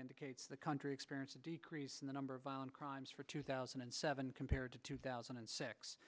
indicates the country experienced a decrease in the number of violent crimes for two thousand and seven compared to two thousand and six